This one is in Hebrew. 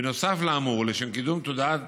בנוסף לאמור, ולשם קידום תודעת